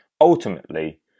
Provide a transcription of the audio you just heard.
ultimately